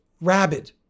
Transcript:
rabid